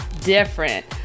different